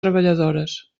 treballadores